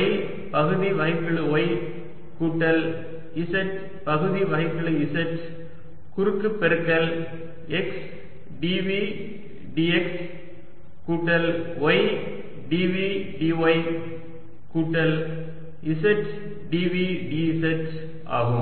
y பகுதி வகைக்கெழு y கூட்டல் z பகுதி வகைக்கெழு z குறுக்கு பெருக்கல் x dv dx கூட்டல் y dv dy கூட்டல் z dv dz ஆகும்